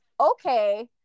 okay